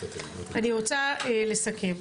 אני רוצה לסכם.